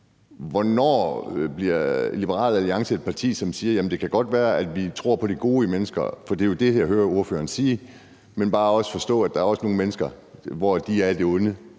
Hvornår bliver Liberal Alliance et parti, som siger: Det kan godt være, at vi tror på det gode i mennesker – for det er jo det, jeg hører ordføreren sige – men man skal også forstå, at der også er nogle mennesker, som er af det onde.